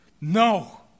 No